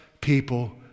people